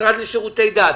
המשרד לשירותי דת,